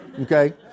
Okay